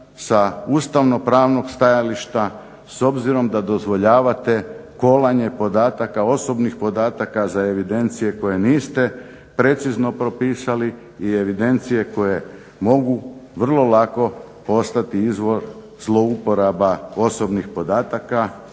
sa ustavnopravnog stajališta s obzirom da dozvoljavate kolanje podataka, osobnih podataka za evidencije koje niste precizno propisali i evidencije koje mogu vrlo lako postati izvor zlouporaba osobnih podataka,